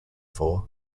for